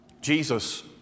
Jesus